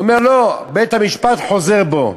אומר: לא, בית-המשפט חוזר בו.